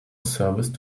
service